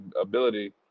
ability